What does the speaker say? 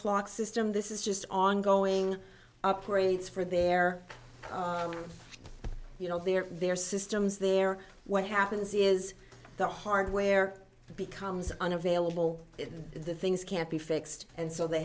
system this is just ongoing upgrades for their you know their their systems their what happens is the hardware becomes unavailable the things can't be fixed and so they